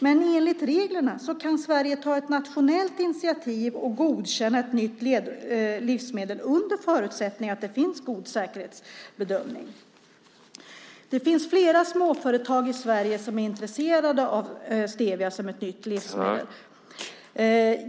Men enligt reglerna kan Sverige ta ett nationellt initiativ och godkänna ett nytt livsmedel under förutsättning att det finns god säkerhetsbedömning. Det finns flera små företag i Sverige som är intresserade av stevia som ett nytt livsmedel.